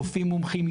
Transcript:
רופאים מומחים,